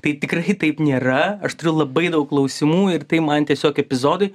tai tikrai taip nėra aš turiu labai daug klausimų ir tai man tiesiog epizodai